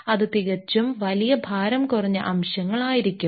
അത് തികച്ചും വലിയ ഭാരം കുറഞ്ഞ അംശങ്ങൾ ആയിരിക്കും